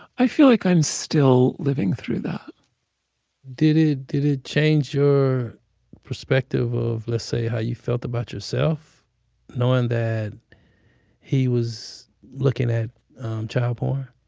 i feel like i'm still living through that did it did it change your perspective of, let's say how you felt about yourself knowing that he was looking at child porn?